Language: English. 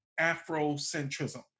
Afrocentrism